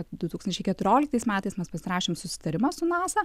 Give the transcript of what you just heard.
du tūkstančiais keturioliktais metais mes pasirašėm susitarimą su nasa